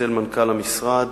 אצל מנכ"ל המשרד,